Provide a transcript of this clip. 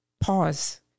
pause